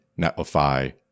Netlify